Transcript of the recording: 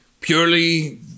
purely